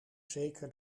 zeker